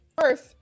first